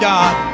God